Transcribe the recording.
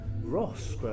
Ross